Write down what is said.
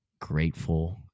grateful